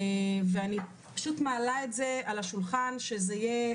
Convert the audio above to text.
ואני פשוט מעלה את זה על השולחן כדי שזה יהיה